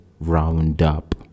roundup